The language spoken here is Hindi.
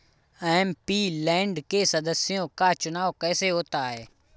एम.पी.लैंड के सदस्यों का चुनाव कैसे होता है?